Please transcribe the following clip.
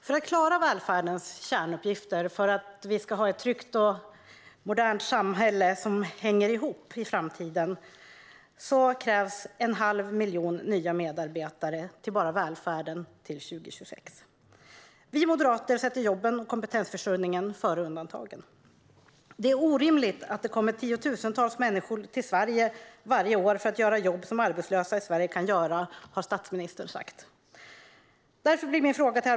För att klara välfärdens kärnuppgifter och för att vi ska ha ett tryggt och modernt samhälle som hänger ihop i framtiden krävs en halv miljon nya medarbetare bara i välfärden till 2026. Vi moderater sätter jobben och kompetensförsörjningen före undantagen. Det är orimligt att det kommer tiotusentals människor till Sverige varje år för att göra jobb som arbetslösa i Sverige kan göra, har statsministern sagt.